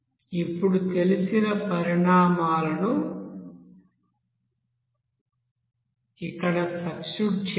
ఇప్పుడు తెలిసిన పరిమాణాలను ఇక్కడ సబ్స్టిట్యూట్ చేయండి